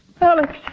Alex